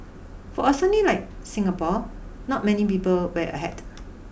for a sunny like Singapore not many people wear a hat